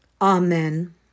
amen